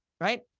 right